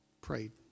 Prayed